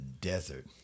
desert